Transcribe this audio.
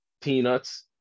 peanuts